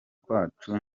kwacu